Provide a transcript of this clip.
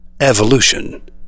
Evolution